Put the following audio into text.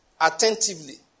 attentively